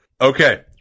okay